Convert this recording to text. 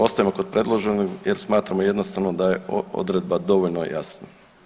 Ostajemo kod predloženog jer smatramo jednostavno da je odredba dovoljno jasna.